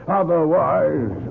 otherwise